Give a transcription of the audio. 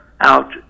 out